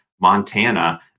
Montana